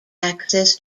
access